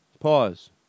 pause